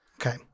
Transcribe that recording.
Okay